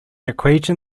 equation